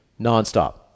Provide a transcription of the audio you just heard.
nonstop